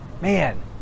man